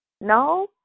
No